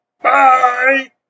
Bye